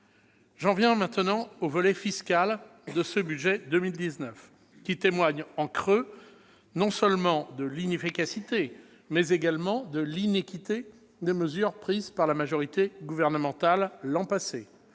J'en viens maintenant au volet fiscal de ce budget 2019, qui témoigne en creux non seulement de l'inefficacité, mais également de l'iniquité des mesures prises par la majorité gouvernementale l'an passé.